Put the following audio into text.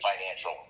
financial